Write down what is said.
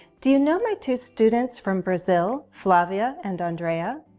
do you know my two students from brazil, flavia and andreia?